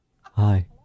Hi